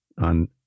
on